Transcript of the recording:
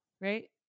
right